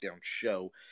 show